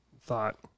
thought